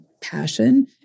passion